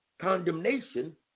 condemnation